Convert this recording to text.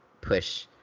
push –